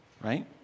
right